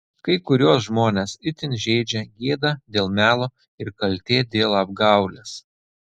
kai kuriuos žmones itin žeidžia gėda dėl melo ir kaltė dėl apgaulės